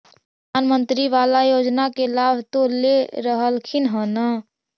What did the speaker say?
प्रधानमंत्री बाला योजना के लाभ तो ले रहल्खिन ह न?